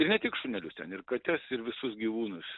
ir ne tik šunelius ten ir kates ir visus gyvūnus